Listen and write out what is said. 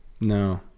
No